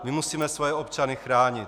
My musíme svoje občany chránit.